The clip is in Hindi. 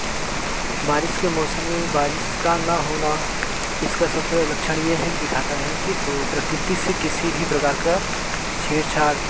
बारिश के मौसम में बारिश का न होना इसका सबसे बड़ा लक्षण यह है कि दिखाता है कि प्रकृति से किसी भी प्रकार का छेड़ छाड़